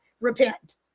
repent